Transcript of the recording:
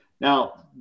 Now